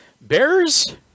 Bears